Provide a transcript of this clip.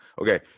Okay